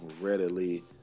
readily